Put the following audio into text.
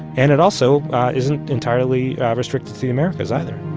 and it also isn't entirely restricted to the americas, either